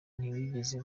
ntibigeze